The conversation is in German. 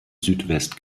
südwest